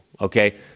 Okay